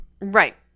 right